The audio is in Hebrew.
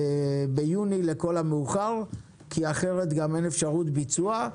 ביוני לכל המאוחר, כי אחרת גם אין אפשרות ביצוע,